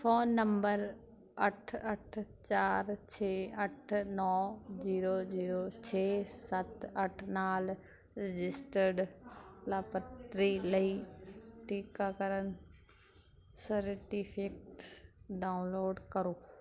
phone number ਅੱਠ ਅੱਠ ਚਾਰ ਛੇ ਅੱਠ ਨੌਂ ਜੀਰੋ ਜੀਰੋ ਛੇ ਸੱਤ ਅੱਠ ਨਾਲ ਰਜਿਸਟਰਡ ਲਾਭਪਾਤਰੀ ਲਈ ਟੀਕਾਕਰਨ ਸਰਟੀਫਿਟਸ ਡਾਊਨਲੋਡ ਕਰੋ